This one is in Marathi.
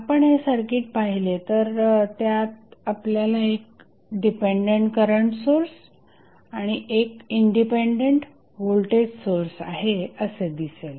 आपण हे सर्किट पाहिले तर त्यात आपल्याला एक डिपेंडंट करंट सोर्स आणि एक इंडिपेंडेंट व्होल्टेज सोर्स आहे असे दिसेल